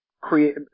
create